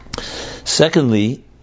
Secondly